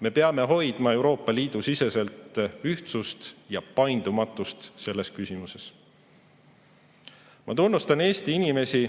Me peame hoidma Euroopa Liidu siseselt ühtsust ja paindumatust selles küsimuses. Ma tunnustan Eesti inimesi,